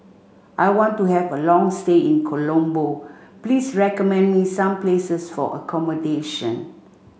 I want to have a long stay in Colombo please recommend me some places for accommodation